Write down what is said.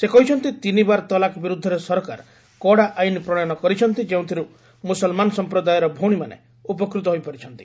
ସେ କହିଛନ୍ତି ତିନିବାର ତଲାକ ବିରୁଦ୍ଧରେ ସରକାର କଡ଼ା ଆଇନ୍ ପ୍ରଶୟନ କରିଛନ୍ତି ଯେଉଁଥିରୁ ମୁସଲମାନ ସମ୍ପ୍ରଦାୟର ଭଉଣୀମାନେ ଉପକୃତ ହୋଇପାରିଛନ୍ତି